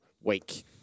week